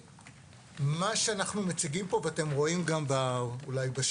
מה שאנחנו מציגים פה ואתם רואים גם בשקף,